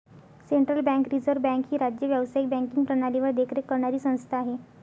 central bank reserve bank ही राज्य व्यावसायिक बँकिंग प्रणालीवर देखरेख करणारी संस्था आहे